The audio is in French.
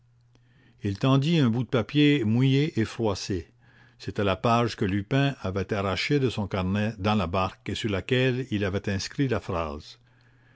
il tendit un bout de papier mouillé et froissé c'était la page que lupin avait arrachée de son carnet dans la barque et sur laquelle il avait inscrit la phrase